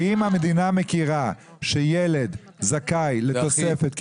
כי אם המדינה מכירה שילד זכאי לתוספת כי